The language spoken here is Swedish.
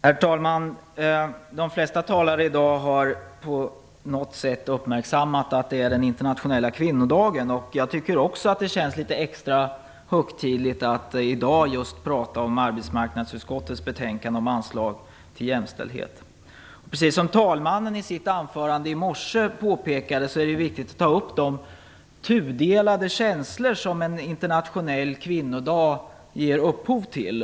Herr talman! De flesta talare har i dag på något sätt uppmärksammat att det är den internationella kvinnodagen. Jag tycker också att det känns litet extra högtidligt att just i dag tala om arbetsmarknadsutskottets betänkande om anslag till jämställdhet. Precis som talmannen i sitt anförande i morse påpekade är det viktigt att ta upp de tudelade känslor som en internationell kvinnodag ger upphov till.